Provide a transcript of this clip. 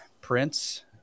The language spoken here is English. Prince